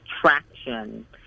traction